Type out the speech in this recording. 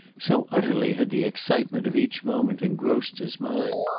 so utterly had the excitement of each moment engrossed his mind.